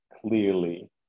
clearly